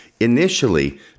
Initially